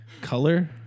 color